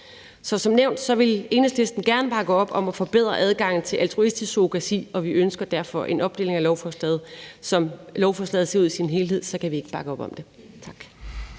Som nævnt vil Enhedslisten gerne bakke op om at forbedre adgangen til altruistisk surrogati, og vi ønsker derfor en opdeling af lovforslaget. Som lovforslaget ser ud i sin helhed, kan vi ikke bakke op om det. Kl.